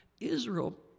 Israel